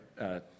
right